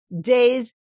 days